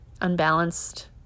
unbalanced